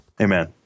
Amen